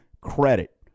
credit